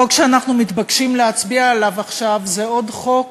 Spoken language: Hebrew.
החוק שאנחנו מתבקשים להצביע עליו עכשיו הוא עוד חוק